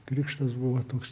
krikštas buvo toks